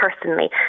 personally